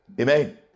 Amen